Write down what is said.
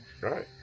Right